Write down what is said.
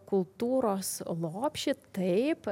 kultūros lopšį taip